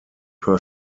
per